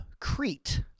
crete